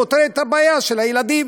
פותרים את הבעיה של הילדים.